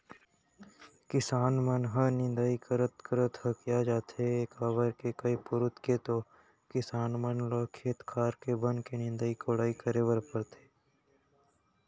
किसान मन ह निंदई करत करत हकिया जाथे काबर के कई पुरूत के तो किसान मन ल खेत खार के बन के निंदई कोड़ई करे बर परथे